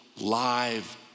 live